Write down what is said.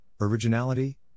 originality